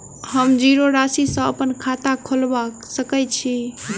हम जीरो राशि सँ अप्पन खाता खोलबा सकै छी?